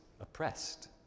oppressed